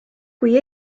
kui